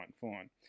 fine